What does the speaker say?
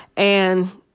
and,